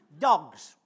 Dogs